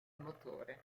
motore